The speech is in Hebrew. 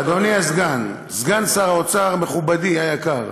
אדוני הסגן, סגן שר האוצר מכובדי היקר,